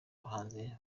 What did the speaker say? abahanzi